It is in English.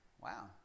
wow